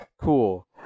Cool